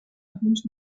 alguns